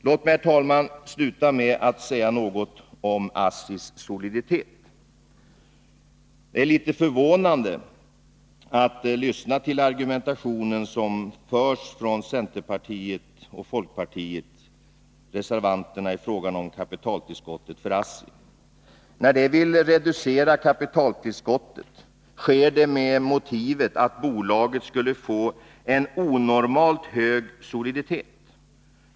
Låt mig, herr talman, sluta med att säga något om ASSI:s soliditet. Det är litet förvånande att lyssna till den argumentation som förs av reservanterna från centerpartiet och folkpartiet i fråga om kapitaltillskottet till ASSI. När de vill reducera kapitaltillskottet sker det med motivet att bolaget skulle få en onormalt hög soliditet.